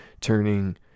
turning